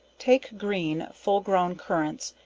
take green, full grown currants,